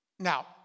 Now